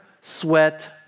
sweat